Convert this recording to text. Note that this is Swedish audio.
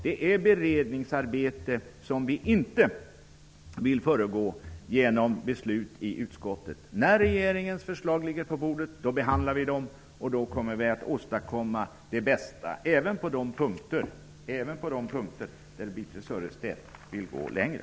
Detta beredningsarbete vill vi inte föregripa genom beslut i utskottet. När regeringens förslag ligger på bordet, behandlar vi dem. Då skall vi åstadkomma det bästa även på de punkter där Birthe Sörestedt vill gå längre.